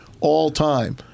all-time